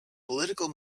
political